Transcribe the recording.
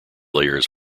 layers